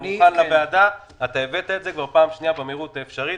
שהבאת את זה לוועדה במהירות בפעם השנייה.